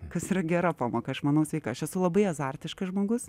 kas yra gera pamoka aš manau sveika aš esu labai azartiškas žmogus